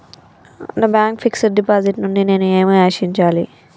నా bank fixed deposit నుండి నేను ఏమి ఆశించాలి?